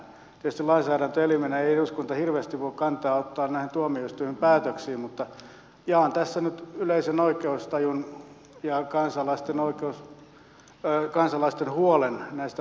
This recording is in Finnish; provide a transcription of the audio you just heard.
tietysti lainsäädäntöelimenä ei eduskunta hirveästi voi kantaa ottaa näihin tuomioistuimien päätöksiin mutta jaan tässä nyt yleisen oikeustajun ja kansalaisten huolen näistä rangaistuksista ja niitten lievyydestä